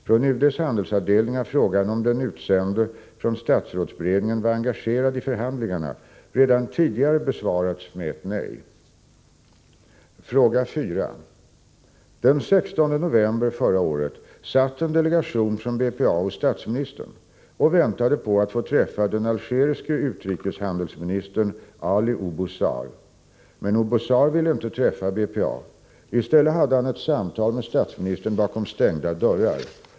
Från UD:s handelsavdelning har frågan om den utsände från statsrådsberedningen var engagerad i förhandlingarna redan tidigare besvarats med ett nej. Fråga 4: Den 16 november förra året satt en delegation från BPA hos statsministern och väntade på att få träffa den algeriske utrikeshandelsministern Ali Oubouzar. Men Oubouzar ville inte träffa BPA. I stället hade han ett samtal med statsministern bakom stängda dörrar.